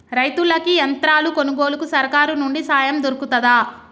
రైతులకి యంత్రాలు కొనుగోలుకు సర్కారు నుండి సాయం దొరుకుతదా?